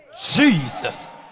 Jesus